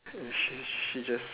she she just